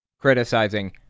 criticizing